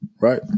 Right